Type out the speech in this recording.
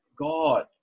God